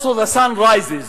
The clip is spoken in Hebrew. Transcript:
The Sun Also Rises.